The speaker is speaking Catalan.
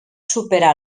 superar